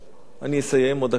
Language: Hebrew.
אני אסיים עוד דקה, אדוני,